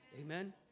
Amen